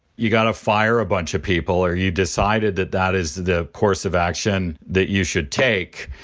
you got to fire a bunch of people or you decided that that is the course of action that you should take.